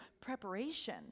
preparation